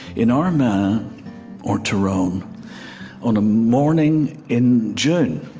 in armagh or tyrone on a morning in june